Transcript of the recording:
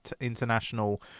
International